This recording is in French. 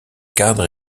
cadre